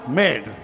made